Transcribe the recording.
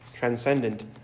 transcendent